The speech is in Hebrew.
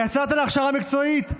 יצאת להכשרה מקצועית,